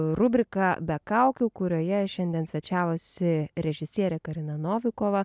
rubriką be kaukių kurioje šiandien svečiavosi režisierė karina novikova